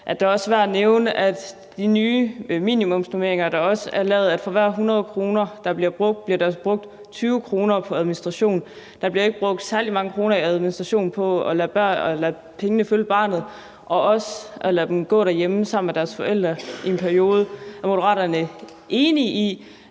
det da også værd at nævne, at med de nye minimumsnormeringer, der også er lavet, bliver der for hver 100 kr., der bliver brugt, brugt 20 kr. på administration. Der bliver ikke brugt særlig mange kroner på administration ved at lade pengene følge barnet og heller ikke ved at lade børnene gå derhjemme sammen med deres forældre i en periode. Er Moderaterne enige i,